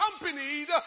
accompanied